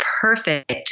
perfect